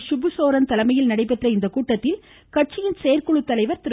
ஷிபுசோரன் தலைமையில் நடைபெறும் இந்த கூட்டத்தில் கட்சியின் செயற்குழுத்தலைவா் திரு